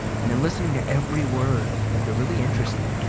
and they're listening to every word like they're really interested.